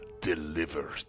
delivered